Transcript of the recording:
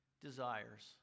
desires